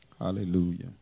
Hallelujah